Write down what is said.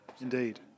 indeed